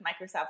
Microsoft